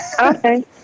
Okay